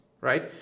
right